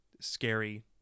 scary